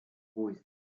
voiced